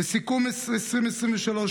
לסיכום 2023,